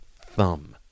thumb